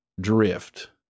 drift